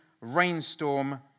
rainstorm